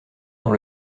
dans